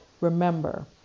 Remember